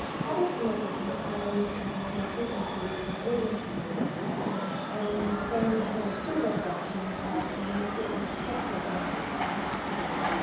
tablature notation covers more than two centuries of early keyboard repertoire and stands as a true reflection of the nature and the structure of music from this period